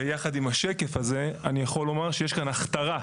ויחד עם השקף הזה אני יכול לומר שיש כאן הכתרה,